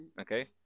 okay